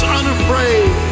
unafraid